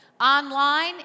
online